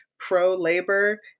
pro-labor